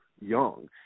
young